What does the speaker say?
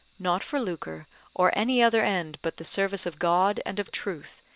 not for lucre or any other end but the service of god and of truth,